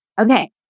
Okay